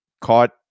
caught